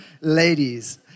ladies